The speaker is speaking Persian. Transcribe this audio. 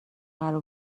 قرار